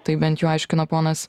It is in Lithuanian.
taip bent jau aiškino ponas